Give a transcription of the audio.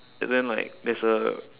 and then like there's a